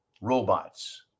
Robots